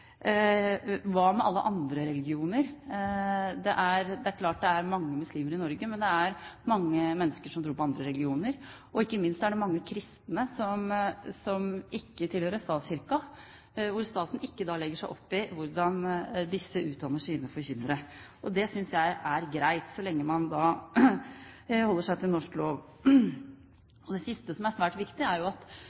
Hva med alle andre religioner? Det er klart det er mange muslimer i Norge, men det er mange mennesker som tilhører andre religioner, og ikke minst er det mange kristne som ikke tilhører statskirken, og staten legger seg da ikke opp i hvordan disse utdanner sine forkynnere. Det synes jeg er greit så lenge man holder seg til norsk lov. Det siste som er svært viktig, er at studiet oppfattes som legitimt i de muslimske miljøene. Saken har jo